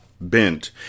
bent